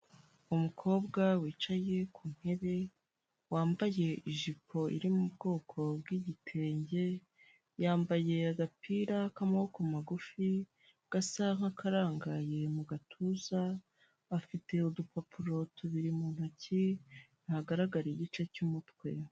Umukobwa wicaye ku ntebe, wambaye ijipo iri mu bwoko bw'igitenge, yambaye agapira k'amaboko magufi gasa nk'akarangaye mu gatuza, afite udupapuro tubiri mu ntoki, ntagaragara igice cy'umutwe.